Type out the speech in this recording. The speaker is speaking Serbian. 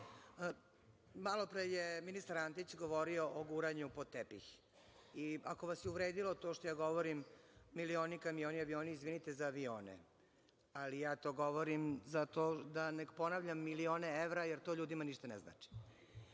Malopre je ministar Antić govorio o guranju pod tepih. Ako vas je uvredilo to što ja govorim milioni, kamioni, avioni, izvinite za avione, ali ja to govorim zato da ne ponavljam milione evra jer to ljudima ništa ne znači. Dakle,